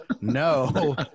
No